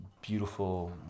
beautiful